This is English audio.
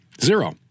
Zero